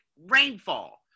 rainfall